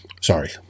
Sorry